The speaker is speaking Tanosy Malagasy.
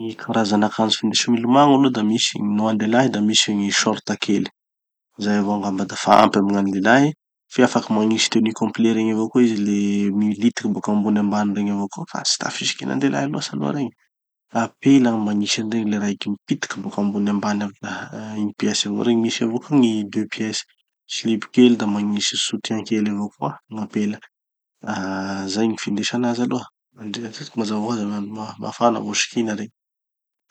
Gny karazan'akanjo findesy milomagno aloha da misy gny, no andelahy, da misy gny short kely. Zay avao angamba dafa ampy amy gn'an'ny lelahy. Fe afaky magnisy tenu complet regny avao koa izy le militiky boka ambony ambany regny avao koa fa tsy da fisikinan-delahy loatsy aloha regny, fa apela gny magnisy any regny, le raiky mipitiky boka ambony ambany ah ah une pièce avao regny. Misy avao koa gny deux pièces, silipo kely da magnisy soutiens kely avao koa gn'apela. Ah zay gny findesa anazy aloha. Mandreraky izy fa mazava hoazy ma ma- mafana vo sikina regny.